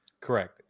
Correct